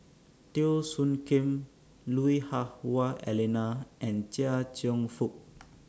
Teo Soon Kim Lui Hah Wah Elena and Chia Cheong Fook